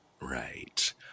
right